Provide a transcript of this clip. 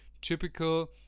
typical